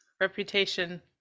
Reputation